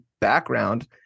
background